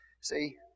See